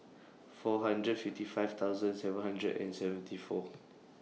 four hundred fifty five thousand seven hundred and seventy four